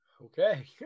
Okay